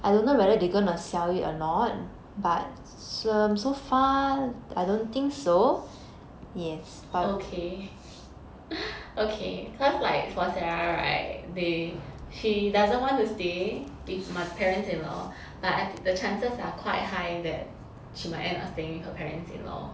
okay okay cause like for sarah [right] they she doesn't want to stay with mo~ parents-in-law but the chances are are quite high that she might end up staying with her parents-in-law